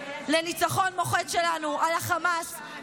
ניצחון מוחץ שלנו על החמאס,